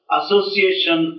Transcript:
association